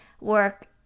work